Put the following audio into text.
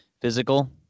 physical